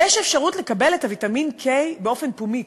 יש אפשרות לקבל ויטמין K באופן פומי,